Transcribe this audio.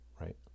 right